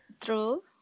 True